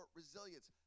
resilience